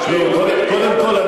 קודם כול,